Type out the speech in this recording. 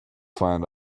find